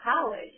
college